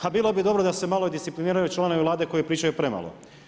Pa bilo bi dobro da se malo i discipliniraju članovi vlade koji pričaju premalo.